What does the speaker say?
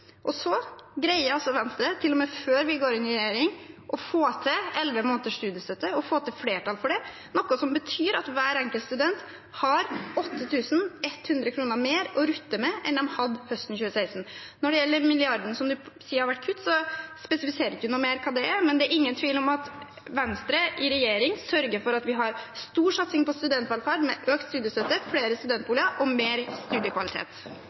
Og så greier altså Venstre – til og med før vi går inn i regjering – å få til flertall for 11 måneders studiestøtte, noe som betyr at hver enkelt student har 8 100 kr mer å rutte med enn de hadde høsten 2016. Når det gjelder den milliarden som representanten Fagerås sier har blitt kuttet, så spesifiserer hun ikke noe mer hva det er, men det er ingen tvil om at Venstre i regjering sørger for at vi har en stor satsing på studentvelferd, med økt studiestøtte, flere studentboliger og høyere studiekvalitet.